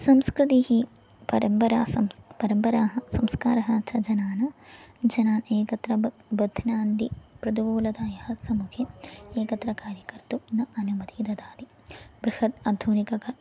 संस्कृतिः परम्परा संस् परम्पराः संस्कारः च जनान् जनान् एकत्र वा बद्ध्नाति प्रलतायाः सम्मुखे एकत्र कार्यं कर्तुं न अनुमतिः ददाति बृहत् आधुनिक